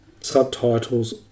subtitles